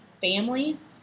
families